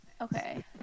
Okay